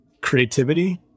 creativity